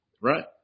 Right